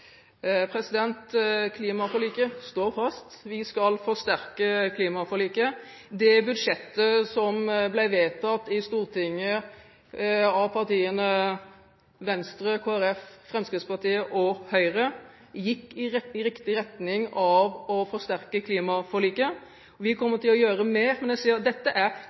Klimaforliket står fast. Vi skal forsterke klimaforliket. Det budsjettet som ble vedtatt i Stortinget av partiene Venstre, Kristelig Folkeparti, Fremskrittspartiet og Høyre, gikk i riktig retning av å forsterke klimaforliket. Vi kommer til å gjøre mer, men